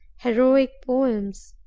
heroic poems,